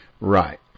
Right